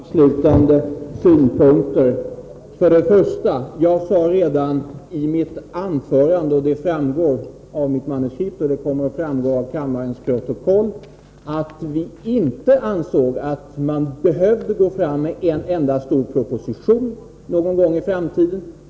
Herr talman! Från min sida fyra avslutande synpunkter. För det första: Jag sade redan i mitt anförande, och det framgår av mitt manuskript och kommer att framgå av kammarens protokoll, att vi inte ansåg att man behövde gå fram med en enda stor proposition någon gång i framtiden.